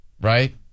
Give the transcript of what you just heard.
Right